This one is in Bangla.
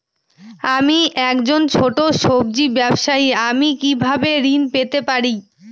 আমি একজন ছোট সব্জি ব্যবসায়ী আমি কিভাবে ঋণ পেতে পারি?